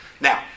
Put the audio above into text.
Now